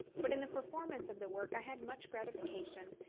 but in the performance of the work i had much gratification,